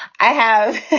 i have,